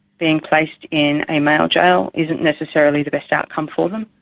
being placed in a male jail isn't necessarily the best outcome for them.